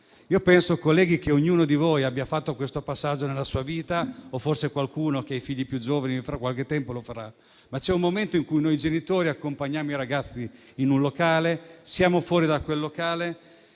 penso che ognuno di voi abbia fatto questo passaggio nella sua vita, o forse qualcuno che ha figli più giovani lo farà fra qualche tempo, ma c'è un momento in cui noi genitori accompagniamo i ragazzi nei locali, siamo fuori e loro